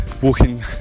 walking